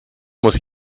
muss